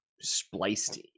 Spliced